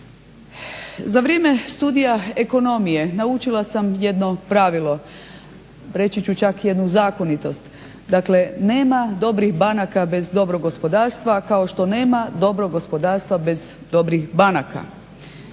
Za vrijeme studija ekonomije naučila sam jedno pravilo, reći ću čak i jednu zakonitost, dakle nema dobrih banaka bez dobrog gospodarstva, kao što nema dobrog gospodarstva bez dobrih banaka.